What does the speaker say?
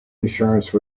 insurance